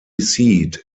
seat